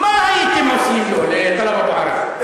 מה הייתם עושים לו, לטלב אבו עראר?